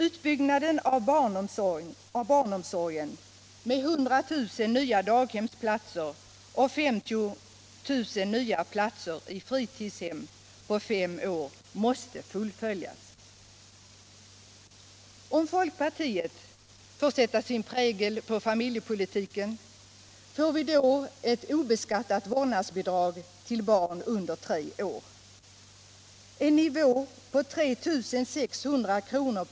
Utbyggnaden av barnomsorgen med 100 000 nya daghemsplatser och 50 000 nya platser i fritidshem på fem år måste fullföljas. Om folkpartiet får sätta sin prägel på familjepolitiken, får vi då ett obeskattat vårdnadsbidrag till familjer med barn under tre år? ”En nivå på 3 600 kr.